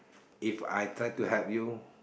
If I try to help you